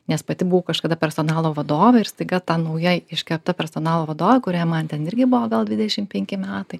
nes pati buvau kažkada personalo vadovė ir staiga ta naujai iškepta personalo vadovė kuriai man ten irgi buvo gal dvdešim penki metai